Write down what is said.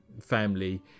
family